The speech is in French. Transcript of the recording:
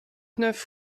neuf